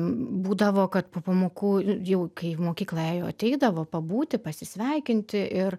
būdavo kad po pamokų jau kai į mokyklą ėjo ateidavo pabūti pasisveikinti ir